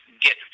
get